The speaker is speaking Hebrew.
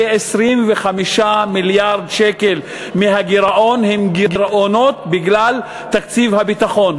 כ-25 מיליארד שקל מהגירעון הם גירעונות בגלל תקציב הביטחון.